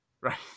Right